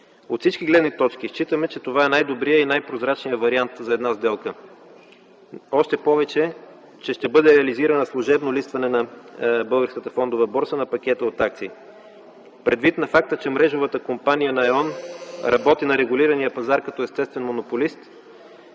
От всички гледни точки считаме, че това е най-добрият и най-прозрачният вариант за една сделка, още повече, че ще бъде реализирано служебно листване на Българската фондова борса на пакета от акции. Предвид факта, че мрежовата компания на Е.ОН работи на регулирания пазар като естествен монополист,